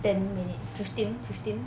ten minutes fifteen fifteen